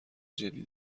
جدی